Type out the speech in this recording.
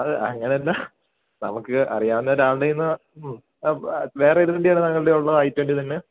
അത് അങ്ങനല്ല നമുക്ക് അറിയാവുന്ന ഒരാളുടെ കയ്യിന്ന് വേറേ ഏത് വണ്ടിയാണ് നിങ്ങളുടെ കയ്യിലുള്ളത് ഐ ട്വൻറ്റിത്തന്നെ